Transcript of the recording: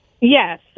Yes